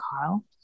Kyle